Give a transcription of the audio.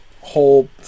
whole